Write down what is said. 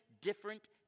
different